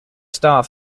star